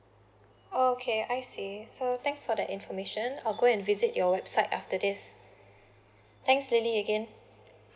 okay I see so thanks for the information I'll go and visit your website after this thanks lily again